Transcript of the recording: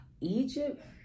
Egypt